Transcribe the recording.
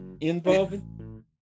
involving